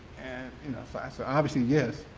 and, you know, so i said obviously yes.